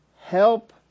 help